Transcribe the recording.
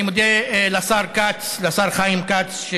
אני מודה לשר חיים כץ,